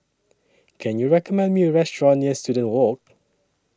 Can YOU recommend Me A Restaurant near Student Walk